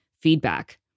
feedback